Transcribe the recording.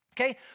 Okay